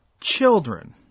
children